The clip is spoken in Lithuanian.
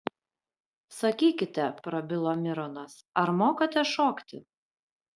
sakykite prabilo mironas ar mokate šokti